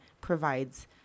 provides